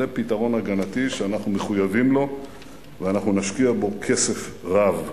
זה פתרון הגנתי שאנחנו מחויבים לו ואנחנו נשקיע בו כסף רב.